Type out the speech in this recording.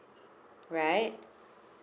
right